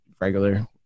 regular